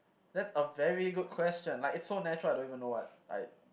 that's a very good question like it's so natural I don't even know what I